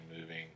moving